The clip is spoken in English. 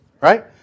right